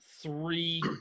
three